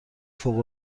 فوق